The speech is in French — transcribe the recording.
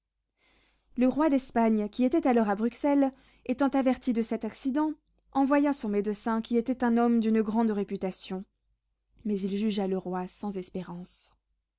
le roi d'espagne qui était alors à bruxelles étant averti de cet accident envoya son médecin qui était un homme d'une grande réputation mais il jugea le roi sans espérance